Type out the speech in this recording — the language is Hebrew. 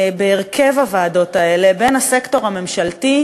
האיזון בהרכב הוועדות האלה בין הסקטור הממשלתי,